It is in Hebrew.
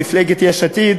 למפלגת יש עתיד,